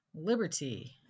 Liberty